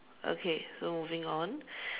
okay so moving on